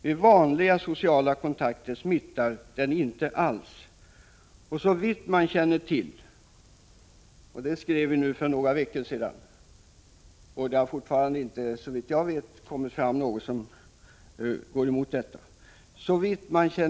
Vid vanliga sociala kontakter smittar den inte alls.” Detta skrevs för några veckor sedan, och jag har mig inte bekant att det kommit fram något som talar emot det.